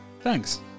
Thanks